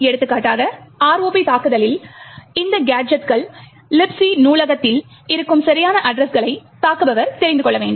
எடுத்துக்காட்டாக ROP தாக்குதலில் இந்த கேஜெட் கள் Libc நூலகத்தில் இருக்கும் சரியான அட்ரஸ்களை தாக்குபவர் தெரிந்து கொள்ள வேண்டும்